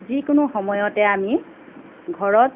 যিকোনো সময়তে আমি ঘৰত